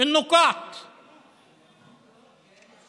(מתרגם את דבריו לערבית.)